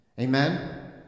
Amen